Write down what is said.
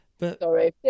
sorry